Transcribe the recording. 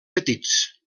petits